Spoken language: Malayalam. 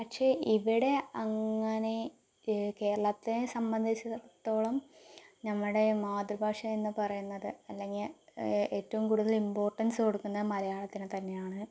പക്ഷേ ഇവിടെ അങ്ങനെ കേരളത്തെ സംബന്ധിച്ചിടത്തോളം നമ്മുടെ മാതൃഭാഷ എന്ന് പറയുന്നത് അല്ലെങ്കിൽ ഏറ്റവും കൂടുതൽ ഇംപോർട്ടൻസ് കൊടുക്കുന്ന മലയാളത്തിന് തന്നെയാണ്